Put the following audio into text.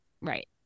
right